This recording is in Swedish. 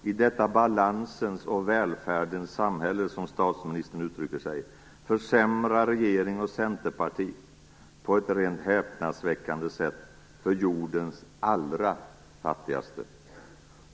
I detta balansens och välfärdens samhälle, som statsministern uttrycker det, försämrar regering och centerparti på ett rent häpnadsväckande sätt för jordens allra fattigaste.